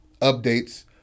updates